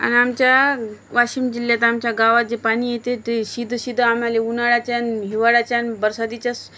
आणि आमच्या वाशिम जिल्ह्यात आमच्या गावात जे पाणी येते ते सिधं सिधं आम्हाला उन्हाळ्याच्या हिवाळ्याच्या बरसातीच्या